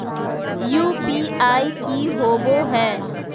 UPI की होवे है?